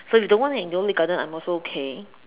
so if you don't want go Lei garden I am also okay